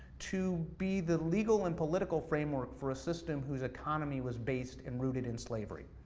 to be the legal and political framework for a system whose ecomony was based and rooted in slavery.